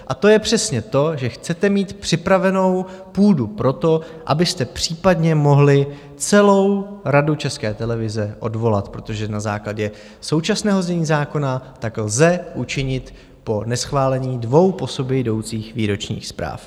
A to je přesně to, že chcete mít připravenou půdu pro to, abyste případně mohli celou Radu České televize odvolat, protože na základě současného znění zákona tak lze učinit po neschválení dvou po sobě jdoucích výročních zpráv.